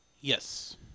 Yes